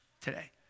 today